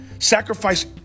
Sacrifice